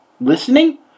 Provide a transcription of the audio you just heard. listening